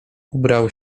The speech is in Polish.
ubrał